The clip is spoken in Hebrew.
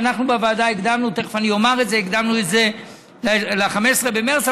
ואנחנו בוועדה הקדמנו את זה ל-15 במרס.